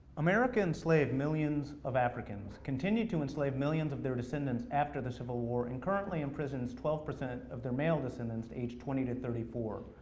america enslaved millions of africans, continued to enslave millions of their descendants after the civil war, and currently imprisons twelve percent of their male descendants, aged twenty to thirty four.